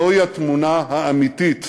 זוהי התמונה האמיתית